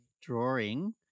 drawing